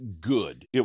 good